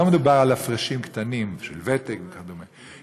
לא מדובר על הפרשים קטנים של ותק וכדומה,